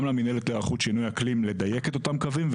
גם למנהלת להיערכות שינויי אקלים לדייק את אותם קווים,